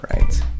right